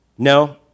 No